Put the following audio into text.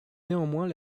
néanmoins